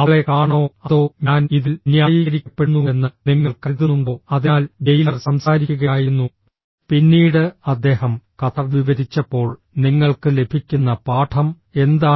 അവളെ കാണണോ അതോ ഞാൻ ഇതിൽ ന്യായീകരിക്കപ്പെടുന്നുവെന്ന് നിങ്ങൾ കരുതുന്നുണ്ടോ അതിനാൽ ജയിലർ സംസാരിക്കുകയായിരുന്നു പിന്നീട് അദ്ദേഹം കഥ വിവരിച്ചപ്പോൾ നിങ്ങൾക്ക് ലഭിക്കുന്ന പാഠം എന്താണ്